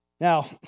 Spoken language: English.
Now